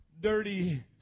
dirty